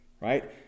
right